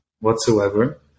whatsoever